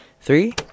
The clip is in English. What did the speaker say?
three